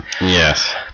Yes